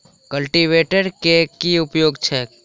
Cultivator केँ की उपयोग छैक?